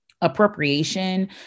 appropriation